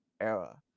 era